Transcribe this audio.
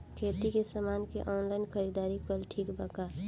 खेती के समान के ऑनलाइन खरीदारी कइल ठीक बा का?